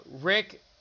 Rick